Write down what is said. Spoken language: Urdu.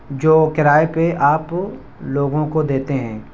جو کرائے پہ آپ لوگوں کو دیتے ہیں